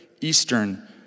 Eastern